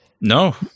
no